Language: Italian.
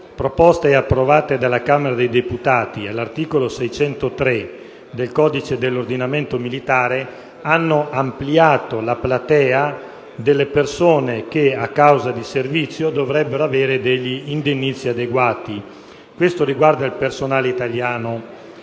proposte e approvate dalla Camera dei deputati all'articolo 603 del codice dell'ordinamento militare hanno ampliato la platea delle persone che, per causa di servizio, dovrebbero avere degli indennizzi adeguati. Questo riguarda il personale italiano.